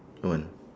on